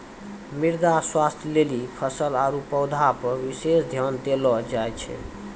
मृदा स्वास्थ्य लेली फसल आरु पौधा पर विशेष ध्यान देलो जाय छै